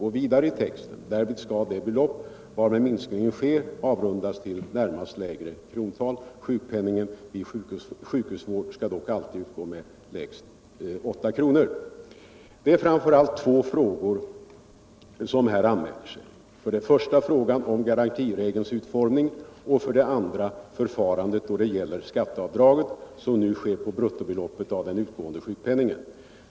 Och vidare i texten: Därvid skall det belopp varmed minskningen sker avrundas till närmast lägre krontal. Sjukpenningen vid sjukhusvård skall dock alltid utgå med lägst 8 kr. Det är framför allt två frågor som här anmäler sig. För det första handlar det om garantiregelns utformning och för det andra om förfarandet när det gäller skatteavdraget, som nu sker på den utgående sjukpenningens bruttobelopp.